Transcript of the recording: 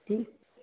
जी